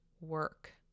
work